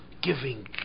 Giving